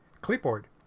clipboard